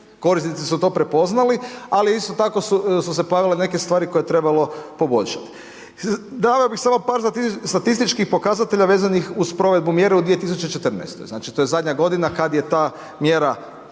Korisnici su to prepoznali, ali isto tako su se pojavile neke stvari koje je trebalo poboljšati. Dao bih samo par statističkih pokazatelja vezanih uz provedbu mjera u 2014. Znači to je zadnja godina kad je ta mjera,